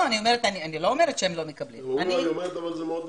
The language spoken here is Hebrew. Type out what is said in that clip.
אני לא אומרת שהם לא מקבלים, אבל זה מאוד נמוך.